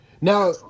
Now